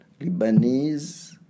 Lebanese